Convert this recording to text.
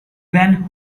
went